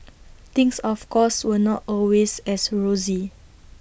things of course were not always as rosy